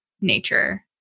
nature